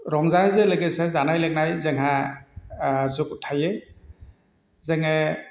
रंजानायजों लोगोसे जानाय लोंनाय जोंहा जुगु थायो जोङो